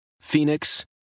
Phoenix